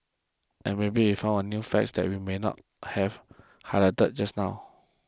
and maybe if I found a few fact that we may not have highlighted just now